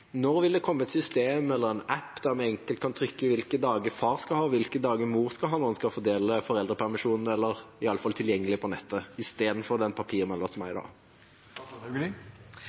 Når vil det komme et system eller en app der man enkelt kan trykke inn hvilke dager far skal ha og hvilke dager mor skal ha når man skal fordele foreldrepermisjonen – eller at det iallfall blir tilgjengelig på nettet – i stedet for den papirmølla som er i dag?